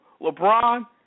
LeBron